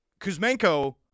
Kuzmenko